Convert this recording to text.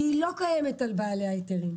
שלא קיימת לגבי בעלי ההיתרים.